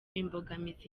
imbogamizi